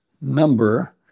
number